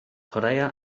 chwaraea